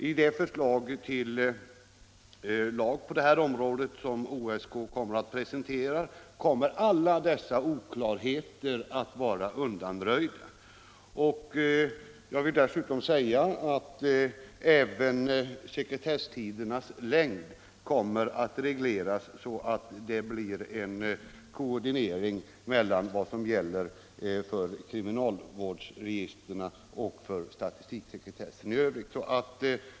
I det förslag till lagstiftning på detta område som OSK lägger fram kommer alla dessa oklarheter att vara undanröjda. Även sekretesstidernas längd kommer att regleras så att det blir en koordinering mellan sekretessbestämmelserna för kriminalvårdsregistren och statistiksekretessen i övrigt.